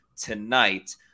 tonight